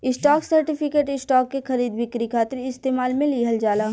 stock certificate, stock के खरीद बिक्री खातिर इस्तेमाल में लिहल जाला